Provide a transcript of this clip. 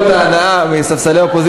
את רוצה לשמוע יותר מזה?